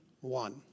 one